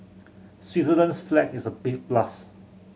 Switzerland's flag is a big plus